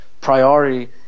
priority